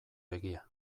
egia